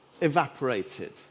evaporated